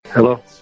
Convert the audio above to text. Hello